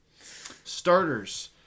Starters